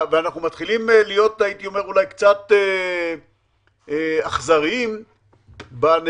אנחנו מתחילים להיות אולי קצת אכזריים בנטייה